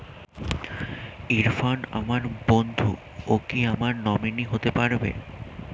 ইরফান আমার বন্ধু ও কি আমার নমিনি হতে পারবে?